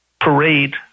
parade